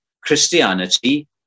Christianity